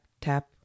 tap